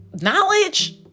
Knowledge